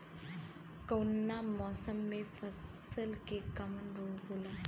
कवना मौसम मे फसल के कवन रोग होला?